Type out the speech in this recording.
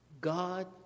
God